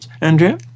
Andrea